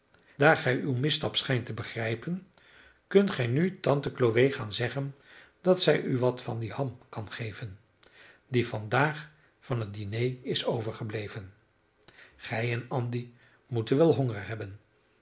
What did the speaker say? daar gij uw misstap schijnt te begrijpen kunt gij nu tante chloe gaan zeggen dat zij u wat van die ham kan geven die vandaag van het diner is overgebleven gij en andy moeten wel honger hebben